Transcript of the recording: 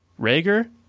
rager